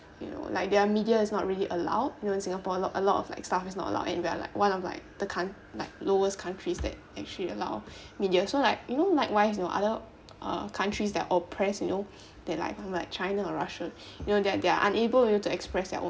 you know like their media is not really allowed you know in singapore a lot a lot of like stuff is not allowed and we are like one of like the count~ like lowest countries that actually allow media so like you know likewise you know other uh countries that oppress you know that like like china and russia you know th~ they are unable to express their own